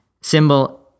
symbol